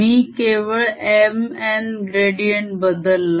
मी केवळ m n gradient बदलला